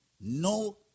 No